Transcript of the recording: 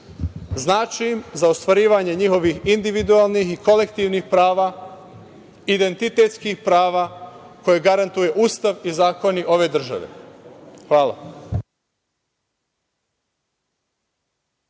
Znači im za ostvarivanje njihovih individualnih i kolektivnih prava, identitetskih prava koje garantuje Ustav i zakoni ove države. Hvala.